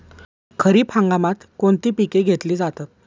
खरीप हंगामात कोणती पिके घेतली जातात?